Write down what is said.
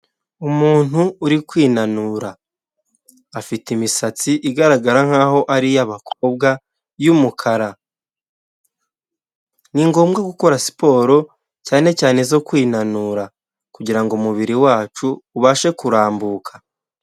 Umuntu uri kwinanura, afite imisatsi igaragara nk'aho ari iy'abakobway'umukara ni ngombwa gukorasiporo cyane cyane zo kwinanura kugirango umubiri wacu ubashe kurambuka.